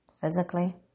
Physically